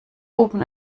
oben